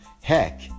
Heck